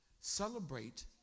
celebrate